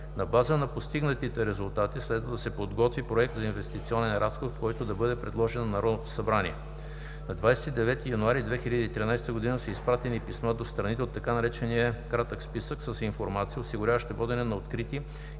На база на постигнатите резултати следва да се подготви „Проект на инвестиционен разход“, който да бъде предложен на Народното събрание; - на 29 януари 2013 г. са изпратени писма до страните от така наречения „кратък списък“ с информация, осигуряваща водене на открити